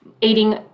eating